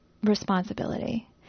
Responsibility